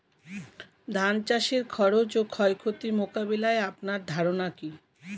ধান চাষের খরচ ও ক্ষয়ক্ষতি মোকাবিলায় আপনার ধারণা কী?